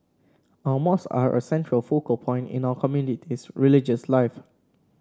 our mosque are a central focal point in our community is religious life